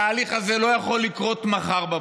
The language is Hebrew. התהליך הזה לא יכול לקרות מחר בבוקר,